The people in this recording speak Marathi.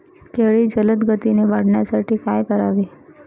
केळी जलदगतीने वाढण्यासाठी काय करावे?